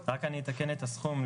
אני רק אתקן את הסכום.